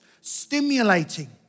stimulating